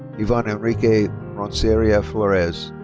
ivan enrique ronceria florez.